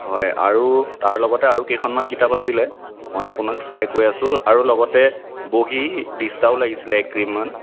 হয় আৰু তাৰ লগতে আৰু কেইখনমান কিতাপ আছিলে মই আপোনাক চাই কৈ আছোঁ আৰু লগতে বহী দিস্তাও লাগিছিলে এক ৰিমমান